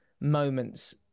moments